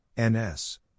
NS